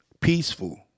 peaceful